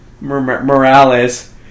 Morales